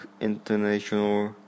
International